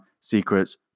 secrets